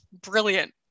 brilliant